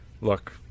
Look